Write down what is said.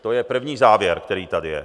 To je první závěr, který tady je.